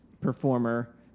performer